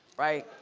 right,